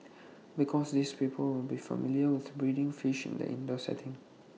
because these people will be familiar with breeding fish in the indoor setting